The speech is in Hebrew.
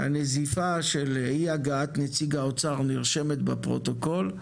הנזיפה של אי הגעת נציג האוצר נרשמת בפרוטוקול,